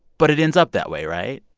but it ends up that way, right?